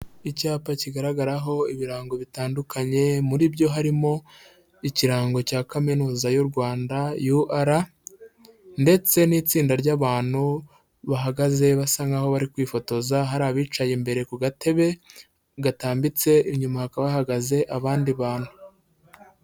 Icyapa kigaragaraho ibirango bitandukanye, muri byo harimo ikirango cya kaminuza y'u Rwanda UR. Ndetse n'itsinda ry'abantu bahagaze basa nkaho bari kwifotoza, hari abicaye imbere ku gatebe gatambitse, inyumaba hakaba hahagaze abandi bantu.